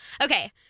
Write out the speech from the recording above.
Okay